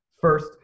First